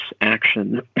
action